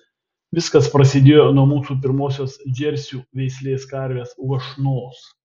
viskas prasidėjo nuo mūsų pirmosios džersių veislės karvės uošnos